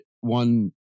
one